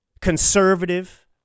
conservative